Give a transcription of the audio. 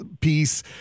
piece